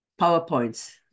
PowerPoints